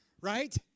right